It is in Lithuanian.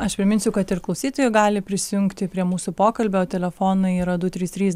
aš priminsiu kad ir klausytojai gali prisijungti prie mūsų pokalbio telefonu yra du trys trys